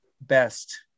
best